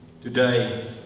today